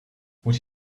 would